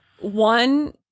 one